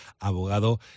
abogado